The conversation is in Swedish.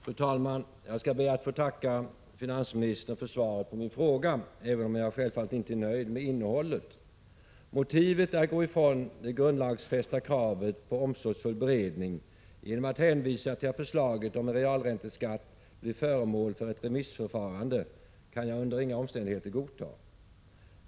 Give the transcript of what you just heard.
Fru talman! Jag skall be att få tacka finansministern för svaret på min fråga, även om jag självfallet inte är nöjd med innehållet. Motivet att gå ifrån det grundlagsfästa kravet på omsorgsfull beredning genom att hänvisa till att förslaget om realränteskatt blir föremål för ett remissförfarande kan jag under inga omständigheter godta.